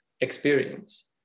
experience